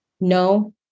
no